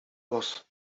ludzki